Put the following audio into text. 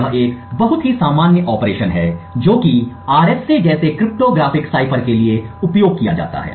यह एक बहुत ही सामान्य ऑपरेशन है जो कि RSA जैसे क्रिप्टोग्राफिक साइफर के लिए उपयोग किया जाता है